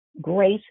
Grace